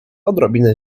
odrobinę